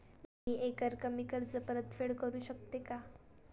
मी एकरकमी कर्ज परतफेड करू शकते का?